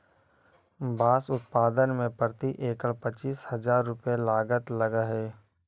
बाँस उत्पादन में प्रति एकड़ पच्चीस हजार रुपया लागत लगऽ हइ